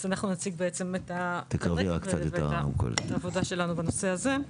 אז אנחנו נציג את העבודה שלנו בנושא הזה: